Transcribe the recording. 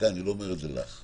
אני לא אומר את זה לך.